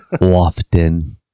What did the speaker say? Often